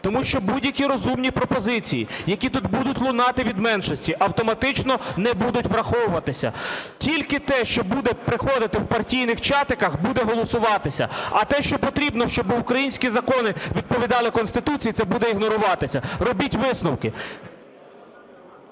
Тому що будь-які розумні пропозиції, які тут будуть лунати від меншості, автоматично не будуть враховуватися. Тільки те, що буде приходити в партійних чатиках, буде голосуватися, а те, що потрібно, щоб українські закони відповідали Конституції, це буде ігноруватися. Робіть висновки.